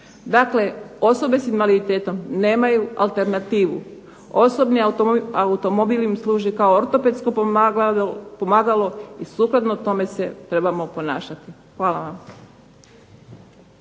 Dakle osobe s invaliditetom nemaju alternativu. Osobni automobil im služi kao ortopedsko pomagalo i sukladno tome se trebamo ponašati. Hvala vam.